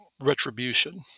retribution